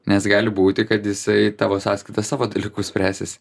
nes gali būti kad jisai tavo sąskaita savo dalykus spręsis